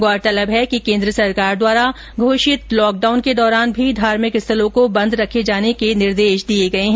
गौरतलब है कि केन्द्र सरकार द्वारा घोषित लॉकडाउन के दौरान भी धार्मिक स्थलों को बंद रखे जाने के निर्देश दिए गए है